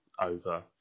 over